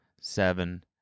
seven